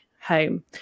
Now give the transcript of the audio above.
home